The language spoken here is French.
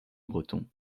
breton